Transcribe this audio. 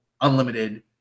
unlimited